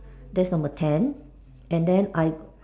that's number ten and then I